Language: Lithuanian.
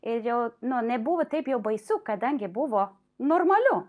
ir jau nu nebuvo taip jau baisu kadangi buvo normaliu